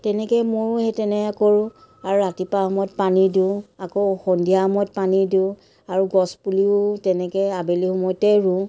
তেনেকেই ময়ো সেই তেনেকৈ কৰোঁ আৰু ৰাতিপুৱা সময়ত পানী দিওঁ আকৌ সন্ধিয়া সময়ত পানী দিওঁ আৰু গছপুলিও তেনেকৈ আবেলি সময়তে ৰোওঁ